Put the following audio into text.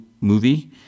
movie